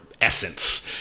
essence